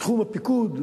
בתחום הפיקוד,